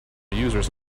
users